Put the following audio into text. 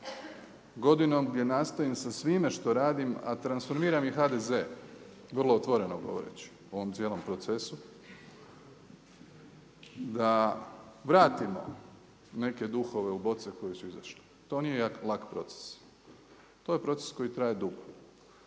godinom gdje nastojim sa svime što radim, a transformiram i HDZ vrlo otvoreno govoreći u ovom cijelom procesu da vratimo neke duhove u boce iz kojih su izašli. To nije lak proces, to je proces koji traje dugo.